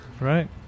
Right